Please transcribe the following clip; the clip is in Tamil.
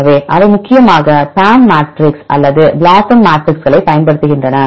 எனவே அவை முக்கியமாக PAM அளவீடுகள் அல்லது BLOSUM அளவீடுகளைப் பயன்படுத்துகின்றன